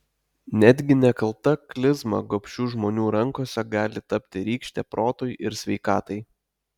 netgi nekalta klizma gobšių žmonių rankose gali tapti rykšte protui ir sveikatai